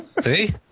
See